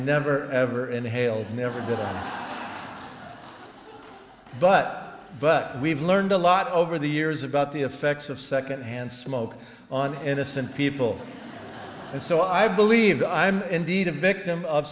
never ever inhaled never did but but we've learned a lot over the years about the effects of secondhand smoke on innocent people and so i believe i'm indeed a victim of